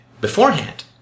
beforehand